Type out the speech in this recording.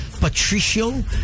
Patricio